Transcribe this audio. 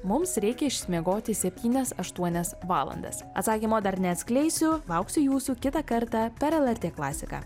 mums reikia išmiegoti septynias aštuonias valandas atsakymo dar neatskleisiu lauksiu jūsų kitą kartą per lrt klasiką